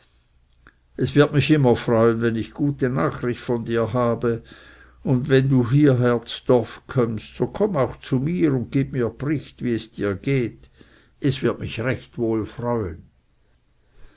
es wird mich immer freuen wenn ich gute nachricht von dir habe und wenn du hieher zdorf kömmst so komm auch zu mir und gib mir bricht wie es dir geht es wird mich recht wohl freuen